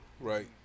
right